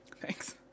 Thanks